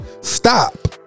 Stop